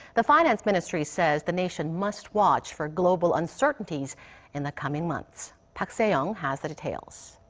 the finance ministry says the nation must watch for global uncertainties in the coming months. park se-young has the details.